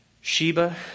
Sheba